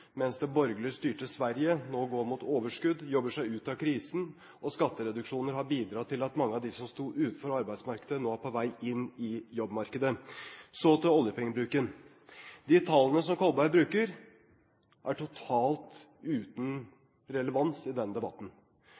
det borgerlig styrte Sverige går nå mot overskudd og jobber seg ut av krisen, og skattereduksjoner har bidratt til at mange av dem som sto utenfor arbeidsmarkedet, nå er på vei inn i jobbmarkedet. Så til oljepengebruken: De tallene som Kolberg bruker, er totalt uten relevans i denne debatten.